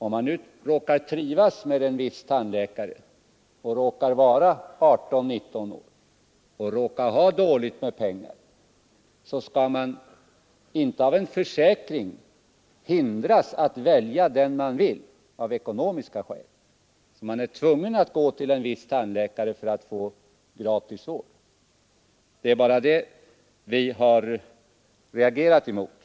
Om man nu råkar trivas med en viss tandläkare, råkar vara 18—19 år och råkar ha dåligt med pengar skall man inte på grund av bestämmelserna i en försäkring av ekonomiska skäl hindras att välja den man vill anlita, dvs. bli tvingad att gå till en annan tandläkare för att få gratis vård. Det är bara det som vi har reagerat mot.